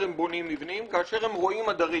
הם בונים מבנים אלא כאשר הם רועים עדרים.